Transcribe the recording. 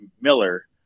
Miller